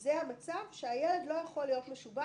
הוא המצב שהילד לא יכול להיות משובץ.